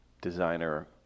designer